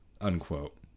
unquote